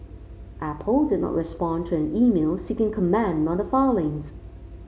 apple did not respond to an email seeking comment on the filings